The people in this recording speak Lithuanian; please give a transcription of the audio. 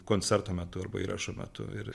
koncerto metu arba įrašų metu ir